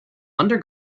under